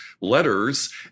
letters